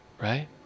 Right